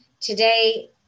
today